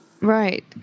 Right